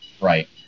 Right